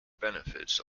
benefits